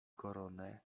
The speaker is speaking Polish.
koronę